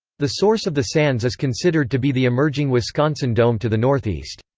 the source of the sands is considered to be the emerging wisconsin dome to the northeast.